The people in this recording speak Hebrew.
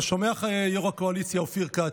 אתה שומע, יו"ר הקואליציה, אופיר כץ?